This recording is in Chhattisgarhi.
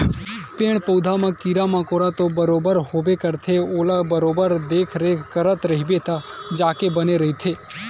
पेड़ पउधा म कीरा मकोरा तो बरोबर होबे करथे ओला बरोबर देखरेख करत रहिबे तब जाके बने रहिथे